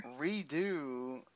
redo